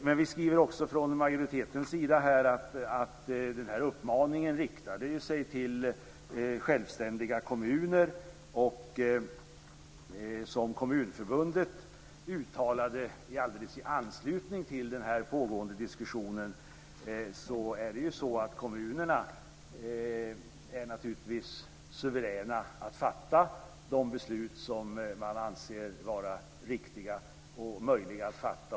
Men vi skriver från majoritetens sida att denna uppmaning riktade sig till självständiga kommuner. Som Kommunförbundet uttalade alldeles i anslutning till den pågående diskussionen, är kommunerna naturligtvis suveräna att fatta de beslut som de anser vara riktiga och möjliga att fatta.